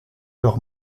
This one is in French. leur